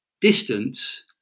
distance